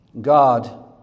god